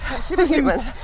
superhuman